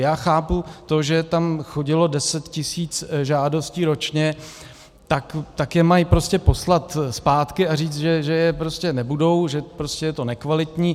Já chápu to, že tam chodilo deset tisíc žádostí ročně, tak je mají prostě poslat zpátky a říct, že je prostě nebudou, že prostě je to nekvalitní.